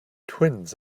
twins